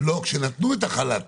לא, כשנתנו את החל"תים.